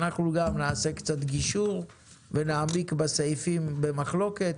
נעשה קצת גישור ונעמיק בסעיפים שבמחלוקת,